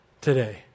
today